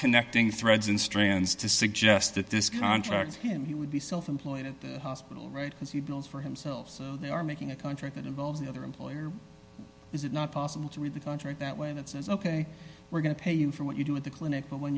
connecting threads in strands to suggest that this contract him he would be self employed at the hospital right as he builds for himself they are making a contract that involves another lawyer is it not possible to read the contract that when it says ok we're going to pay you for what you do at the clinic but when